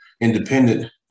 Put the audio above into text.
independent